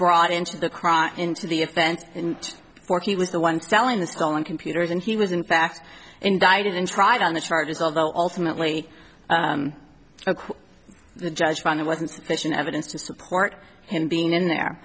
brought into the crime into the event or he was the one telling the stolen computers and he was in fact indicted and tried on the charges although ultimately the judge found it wasn't sufficient evidence to support him being in there